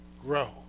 grow